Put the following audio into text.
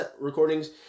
recordings